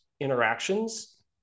interactions